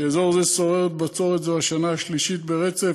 באזור זה שוררת בצורת זו השנה השלישית ברצף,